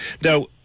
Now